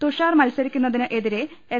തുഷാർ മത്സരി ക്കുന്നതിനെതിരേ എസ്